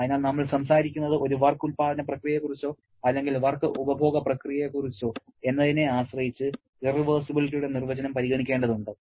അതിനാൽ നമ്മൾ സംസാരിക്കുന്നത് ഒരു വർക്ക് ഉൽപാദന പ്രക്രിയയെക്കുറിച്ചോ അല്ലെങ്കിൽ വർക്ക് ഉപഭോഗ പ്രക്രിയയെക്കുറിച്ചാണോ എന്നതിനെ ആശ്രയിച്ച് ഇറവെർസിബിലിറ്റിയുടെ നിർവചനം പരിഗണിക്കേണ്ടതുണ്ട്